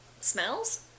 smells